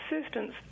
assistance